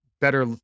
better